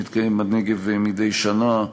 שמתקיים בנגב מדי שנה.